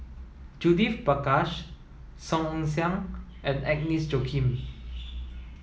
Judith Prakash Song Ong Siang and Agnes Joaquim